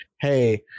hey